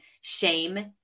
shame